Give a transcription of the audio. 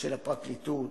של הפרקליטות